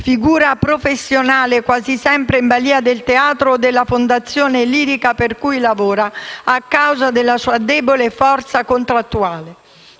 figura professionale quasi sempre in balìa del teatro o della fondazione lirica per cui lavora a causa della sua debole forza contrattuale;